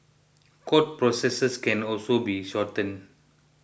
court processes can also be shortened